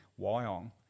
Wyong